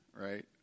Right